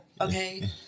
Okay